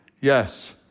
Yes